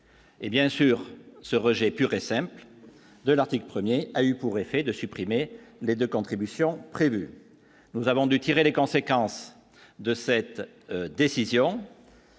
Et bien sûr, ce rejet pur et simple de l'article 1er a eu pour effet de supprimer les 2 contributions, nous avons dû tirer les conséquences de cette décision.